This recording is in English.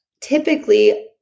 typically